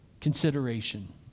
consideration